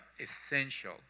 essential